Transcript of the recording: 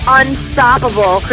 unstoppable